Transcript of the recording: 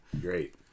Great